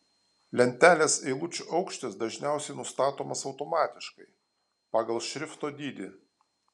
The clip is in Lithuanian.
lentelės eilučių aukštis dažniausiai nustatomas automatiškai pagal šrifto dydį